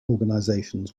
organisations